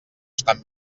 estan